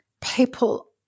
people